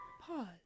Pause